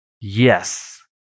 Yes